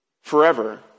forever